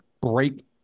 break –